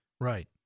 Right